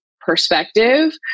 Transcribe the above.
perspective